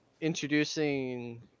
introducing